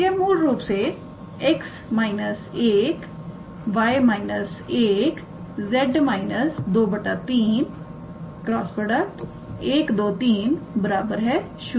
तो यह मूल रूप से𝑋 − 1 𝑌 − 1 𝑍 − 2 3 × 123 ⃗0 है